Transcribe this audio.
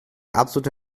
absolute